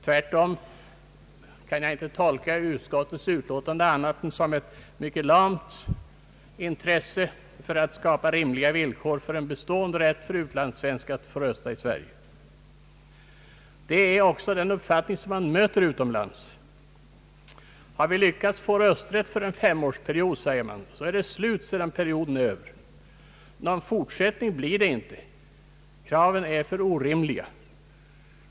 Tvärtom kan jag inte tolka utskottets utlåtande annat än som ett uttryck för ett mycket lamt intresse för att skapa rimliga villkor för en bestående rätt för utlandssvensk att få rösta i Sverige. Detta är också den uppfattning man möter utomlands. Har vi lyckats få rösträtt för en femårsperiod, säger man, så är det slut sedan den perioden är över. Någon fortsättning blir det inte, kraven är för orimliga.